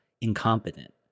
incompetent